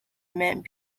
meant